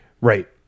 Right